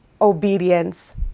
obedience